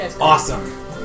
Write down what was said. Awesome